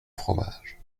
fromage